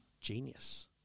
Genius